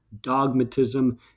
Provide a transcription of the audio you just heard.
dogmatism